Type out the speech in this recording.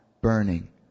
burning